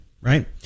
right